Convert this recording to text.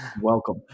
Welcome